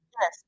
Yes